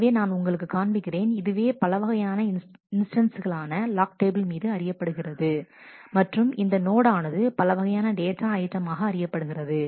எனவே நான் உங்களுக்கு காண்பிக்கிறேன் இதுவே பல வகையான இன்ஸ்டன்ஸ்களாக லாக் டேபிள் மீது அறியப்படுகிறது மற்றும் இந்த நோடு ஆனது பலவகையான டேட்டா ஐட்டம் ஆக அறியப்படுகிறது